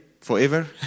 forever